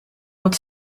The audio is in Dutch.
wat